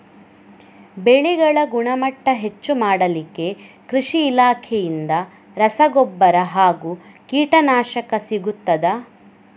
ಬೆಳೆಗಳ ಗುಣಮಟ್ಟ ಹೆಚ್ಚು ಮಾಡಲಿಕ್ಕೆ ಕೃಷಿ ಇಲಾಖೆಯಿಂದ ರಸಗೊಬ್ಬರ ಹಾಗೂ ಕೀಟನಾಶಕ ಸಿಗುತ್ತದಾ?